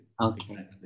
Okay